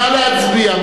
נא להצביע.